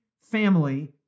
family